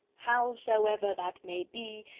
howsoever that may be,